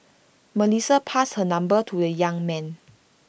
Melissa passed her number to the young man